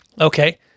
Okay